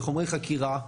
לחומרי חקירה,